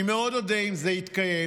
אני מאוד אודה אם זה יתקיים.